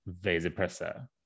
vasopressor